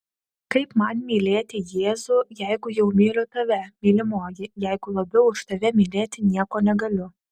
kaip man mylėti jėzų jeigu jau myliu tave mylimoji jeigu labiau už tave mylėti nieko negaliu